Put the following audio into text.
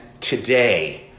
today